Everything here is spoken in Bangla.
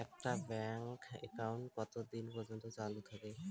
একটা ব্যাংক একাউন্ট কতদিন পর্যন্ত চালু থাকে?